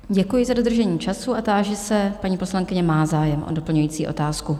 Děkuji za dodržení času a táži se paní poslankyně má zájem o doplňující otázku.